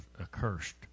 accursed